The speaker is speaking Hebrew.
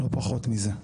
לא פחות מזה.